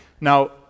Now